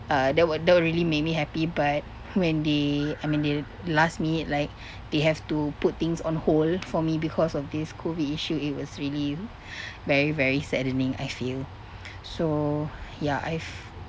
uh that would that would really make me happy but when they I mean they last minute like they have to put things on hold for me because of this COVID issue it was really very very saddening I feel so ya I've